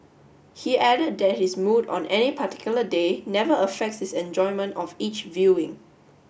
he added that his mood on any particular day never affects his enjoyment of each viewing